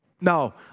No